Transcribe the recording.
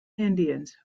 indians